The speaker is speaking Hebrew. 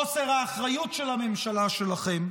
חוסר האחריות של הממשלה שלכם,